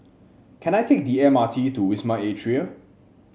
can I take the M R T to Wisma Atria